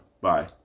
bye